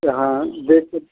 हाँ जैसे